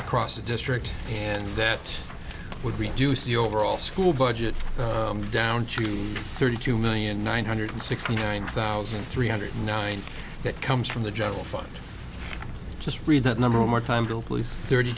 across the district and that would reduce the overall school budget down to thirty two million nine hundred sixty nine thousand three hundred nine that comes from the general fund just read that number one more time to